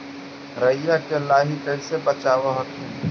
राईया के लाहि कैसे बचाब हखिन?